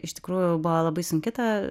iš tikrųjų buvo labai sunki ta